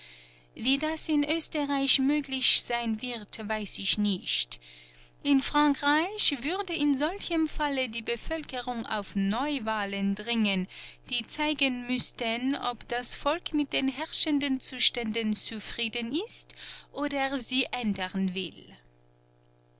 wie das in oesterreich möglich sein wird weiß ich nicht in frankreich würde in solchem falle die bevölkerung auf neuwahlen dringen die zeigen müßten ob das volk mit den herrschenden zuständen zufrieden ist oder sie ändern will